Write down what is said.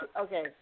okay